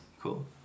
Cool